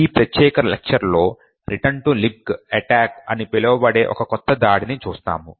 ఈ ప్రత్యేక లెక్చర్ లో రిటర్న్ టు లిబ్క్ అటాక్ అని పిలువబడే ఒక కొత్త దాడిని చూస్తాము